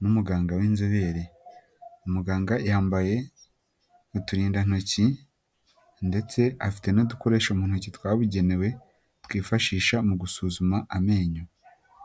n'umuganga w'inzobere, umuganga yambaye uturindantoki ndetse afite n'udukoresho mu ntoki twabugenewe twifashisha mu gusuzuma amenyo.